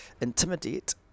intimidate